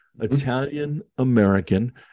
Italian-American